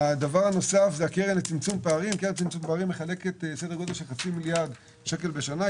הדבר הנוסף זה הקרן לצמצום פערים שמחלקת כחצי מיליארד שקלים בשנה,